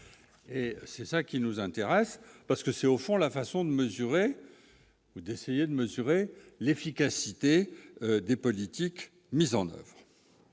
et c'est ça qui nous intéresse parce que c'est au fond la façon de mesurer, d'essayer de mesurer l'efficacité des politiques mises en oeuvre,